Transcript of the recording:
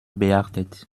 beachtet